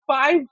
five